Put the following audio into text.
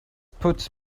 puts